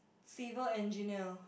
civil engineer